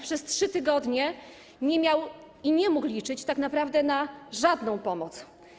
Przez 3 tygodnie jej nie miał, nie mógł liczyć tak naprawdę na żadną pomoc.